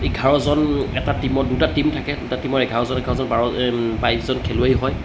এঘাৰজন এটা টীমত দুটা টীম থাকে দুটা টীমৰ এঘাৰজন এঘাৰজন বাৰ বাইছজন খেলুৱৈ হয়